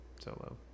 solo